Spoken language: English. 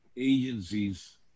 Agencies